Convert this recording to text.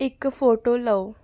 ਇੱਕ ਫ਼ੋਟੋ ਲਓ